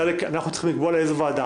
אנחנו צריכים לקבוע לאיזו ועדה.